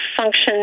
function